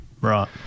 Right